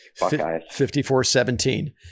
54-17